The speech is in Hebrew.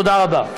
תודה רבה.